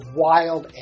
wild